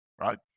right